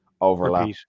overlap